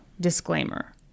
disclaimer